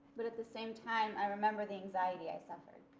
but at the same time, i remember the anxiety i suffered.